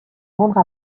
rendre